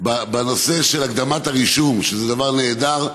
הנושא של הקדמת הרישום, זה דבר נהדר,